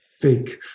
fake